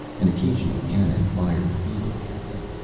an occasional cannon fired feebly at them.